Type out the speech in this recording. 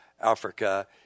Africa